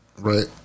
Right